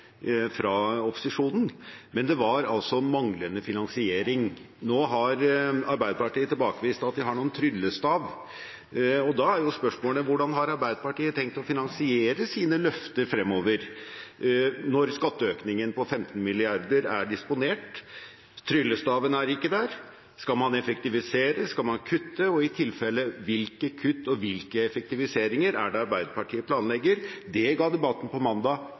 men manglende finansiering. Nå har Arbeiderpartiet tilbakevist at de har en tryllestav, og da er jo spørsmålet: Hvordan har Arbeiderpartiet tenkt å finansiere sine løfter fremover når skatteøkningen på 15 mrd. kr er disponert? Tryllestaven er ikke der. Skal man effektivisere, skal man kutte, og i tilfelle hvilke kutt og hvilken effektivisering er det Arbeiderpartiet planlegger? Det ga debatten på mandag